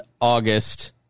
August –